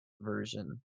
version